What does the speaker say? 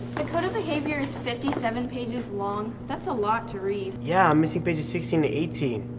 the code of behavior is fifty seven pages long. that's a lot to read. yeah, i'm missing pages sixteen to eighteen.